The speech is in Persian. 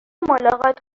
ملاقات